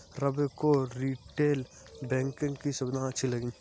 रवि को retail banking की सुविधाएं अच्छी लगी